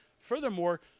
furthermore